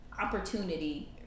opportunity